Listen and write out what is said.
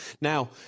Now